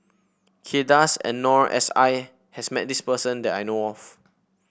Kay Das and Noor S I has met this person that I know of